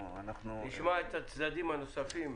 נשמע את הצדדים הנוספים.